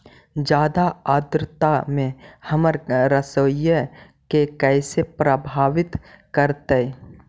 जादा आद्रता में हमर सरसोईय के कैसे प्रभावित करतई?